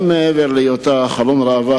גם מעבר להיותה חלון ראווה,